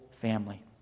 family